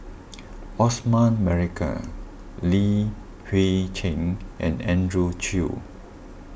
Osman Merican Li Hui Cheng and Andrew Chew